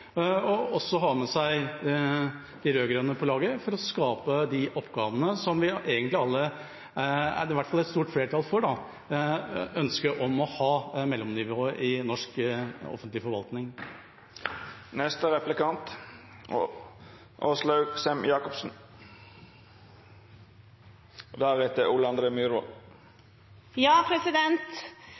og også å ha med seg de rød-grønne på laget for å skape de oppgavene som det egentlig er et stort flertall for – et ønske om å ha mellomnivået i norsk offentlig forvaltning.